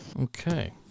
Okay